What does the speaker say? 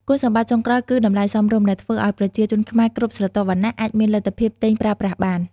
គុណសម្បត្តិចុងក្រោយគឺ តម្លៃសមរម្យ ដែលធ្វើឱ្យប្រជាជនខ្មែរគ្រប់ស្រទាប់វណ្ណៈអាចមានលទ្ធភាពទិញប្រើប្រាស់បាន។